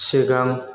सिगां